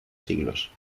siglos